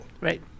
Right